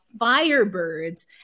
Firebirds